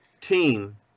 team